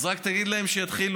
אז רק תגיד להם שיתחילו,